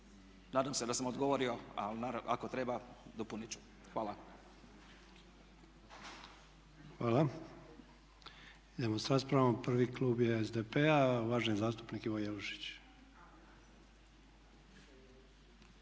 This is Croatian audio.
Nadam se da sam odgovorio ali ako treba dopuniti ću. Hvala. **Sanader, Ante (HDZ)** Hvala. Idemo sa raspravom. Prvi klub je SDP-a, uvaženi zastupnik Ivo Jelušić.